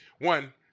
one